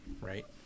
right